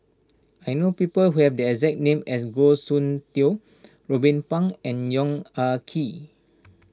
I know people who have the exact name as Goh Soon Tioe Ruben Pang and Yong Ah Kee